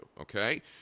okay